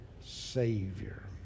Savior